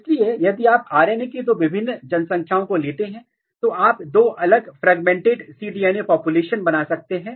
इसलिए यदि आप RNA कि दो विभिन्न जन संख्याओं को लेते हैं तो आप दो अलग फ्रेगमेंटेड cDNA पॉपुलेशन बना सकते हैं